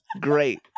Great